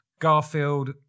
Garfield